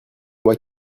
moi